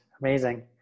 amazing